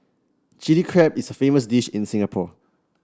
Chilli Crab is a famous dish in Singapore